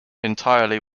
entirely